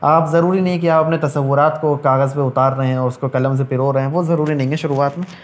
آپ ضروری نہیں ہے کہ آپ اپنے تصورات کو کاغذ پر اتار رہے ہیں اور اس کو قلم سے پرو رہے ہیں وہ ضروری نہیں ہے شروعات میں